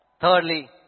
Thirdly